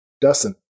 dustin